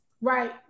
Right